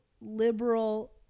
liberal